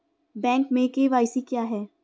Bank में KYC क्या है?